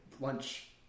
lunch